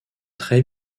très